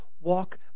walk